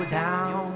down